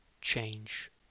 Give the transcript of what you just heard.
change